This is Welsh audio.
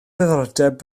ddiddordeb